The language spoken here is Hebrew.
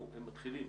אנחנו מתחילים